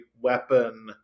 weapon